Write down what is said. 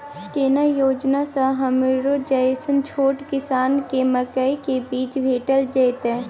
केना योजना स हमरो जैसन छोट किसान के मकई के बीज भेट जेतै?